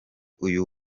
uyu